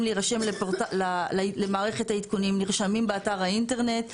להירשם למערכת העדכונים נרשמים באתר האינטרנט.